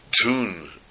tune